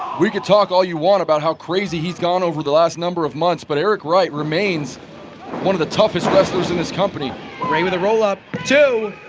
we can talk all you want about how crazy he has gone over the last number of months but eric right remains one of the toughest wrestlers in this company. bc ray with a rollup two!